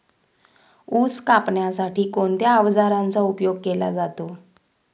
ऊस कापण्यासाठी कोणत्या अवजारांचा उपयोग केला जातो?